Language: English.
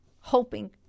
hoping